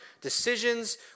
Decisions